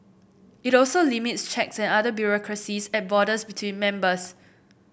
it also limits checks and other bureaucracies at borders between members